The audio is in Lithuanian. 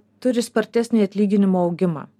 turi spartesnį atlyginimų augimą